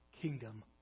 kingdom